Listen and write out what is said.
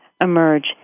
emerge